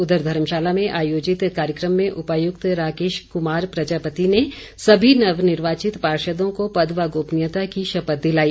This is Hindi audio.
उधर धर्मशाला में आयोजित कार्यक्रम में उपायुक्त राकेश कुमार प्रजापति ने सभी नवनिर्वाचित पार्षदों को पद व गोपनीयता की शपथ दिलाई